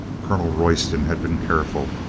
colonel royston had been careful.